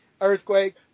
earthquake